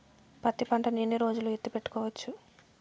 పత్తి పంటను ఎన్ని రోజులు ఎత్తి పెట్టుకోవచ్చు?